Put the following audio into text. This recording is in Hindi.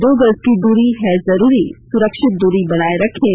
दो गज की दूरी है जरूरी सुरक्षित दूरी बनाए रखें